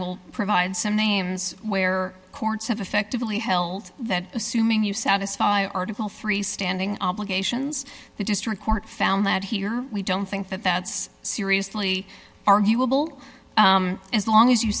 will provide some names where courts have effectively held that assuming you satisfy our tickle free standing obligations the district court found that here we don't think that that's seriously arguable as long as you